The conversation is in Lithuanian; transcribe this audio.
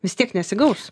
vis tiek nesigaus